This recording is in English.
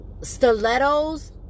stilettos